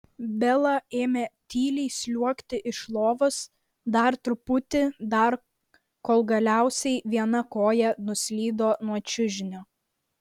bela ėmė tyliai sliuogti iš lovos dar truputį dar kol galiausiai viena koja nuslydo nuo čiužinio